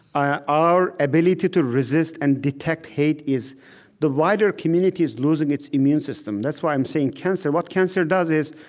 our ability to resist and detect hate is the wider community is losing its immune system. that's why i'm saying cancer. what cancer does is,